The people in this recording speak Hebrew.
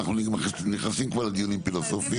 כי אנחנו נכנסים כבר לדיונים פילוסופיים,